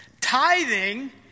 Tithing